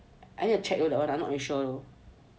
I need to check that [one] I'm not really sure